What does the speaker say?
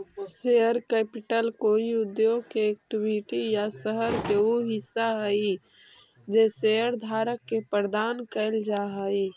share capital कोई उद्योग के इक्विटी या शहर के उ हिस्सा हई जे शेयरधारक के प्रदान कैल जा हई